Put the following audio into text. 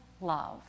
love